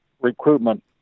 recruitment